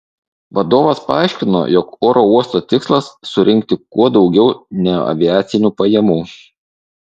vadovas paaiškino jog oro uosto tikslas surinkti kuo daugiau neaviacinių pajamų